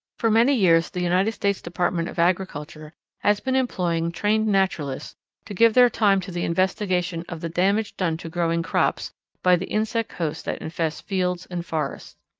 for many years the united states department of agriculture has been employing trained naturalists to give their time to the investigation of the damage done to growing crops by the insect hosts that infest fields and forests.